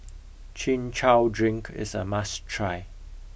chin chow drink is a must try